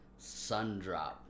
Sundrop